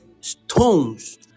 stones